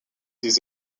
des